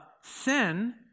Sin